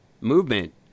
movement